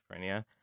schizophrenia